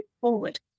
forward